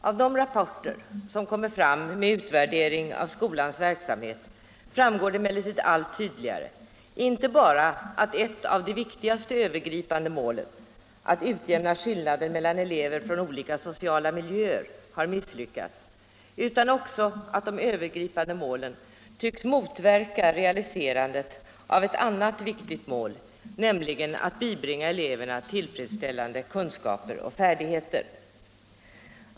Av de rapporter som kommer fram med utvärdering av skolans verksamhet framgår emellertid allt tydligare inte bara att ett av de viktigaste övergripande målen, att utjämna skillnaden mellan elever från olika sociala miljöer, har misslyckats utan också att de övergripande målen tycks motverka realiserandet av ett annat viktigt mål, nämligen att bibringa eleverna tillfredsställande kunskaper och färdigheter.